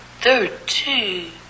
Thirteen